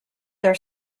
their